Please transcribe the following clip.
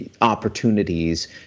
opportunities